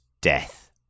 death